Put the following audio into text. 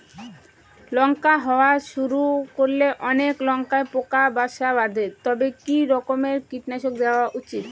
লঙ্কা হওয়া শুরু করলে অনেক লঙ্কায় পোকা বাসা বাঁধে তবে কি রকমের কীটনাশক দেওয়া উচিৎ?